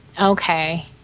Okay